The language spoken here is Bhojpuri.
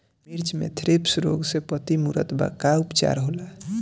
मिर्च मे थ्रिप्स रोग से पत्ती मूरत बा का उपचार होला?